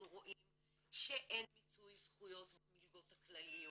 רואים שאין מיצוי זכויות במלגות הכלליות.